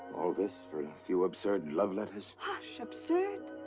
all this, for a few absurd and love letters hush, absurd!